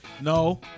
No